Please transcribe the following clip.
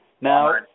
Now